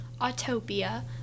Autopia